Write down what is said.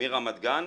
מרמת גן,